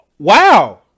Wow